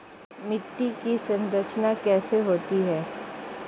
मिट्टी की संरचना कैसे होती है?